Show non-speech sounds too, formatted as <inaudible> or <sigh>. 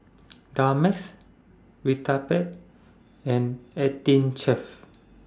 <unintelligible> Vitapet and eighteen Chef